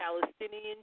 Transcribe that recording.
Palestinian